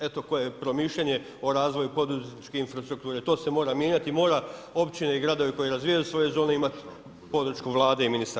Eto koje promišljanje o razvoju poduzetničke infrastrukture, to se mora mijenjati, mora općine i gradovi koji razvijaju svoje zone imat podršku Vlade i ministarstva.